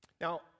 Now